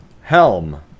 Helm